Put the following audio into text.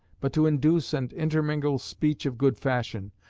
but to induce and intermingle speech of good fashion.